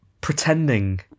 pretending